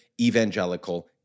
evangelical